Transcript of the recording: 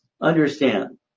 Understand